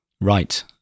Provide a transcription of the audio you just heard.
Right